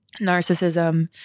narcissism